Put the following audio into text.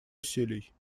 усилий